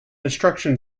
destruction